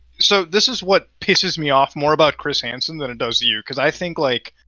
so this is what pisses me off more about chris hansen than it does to you because i think, like,